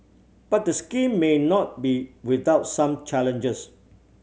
but the scheme may not be without some challenges